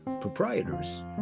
proprietors